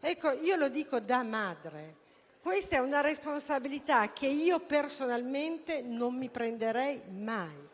Ecco, parlando da madre, è una responsabilità che io personalmente non mi prenderei mai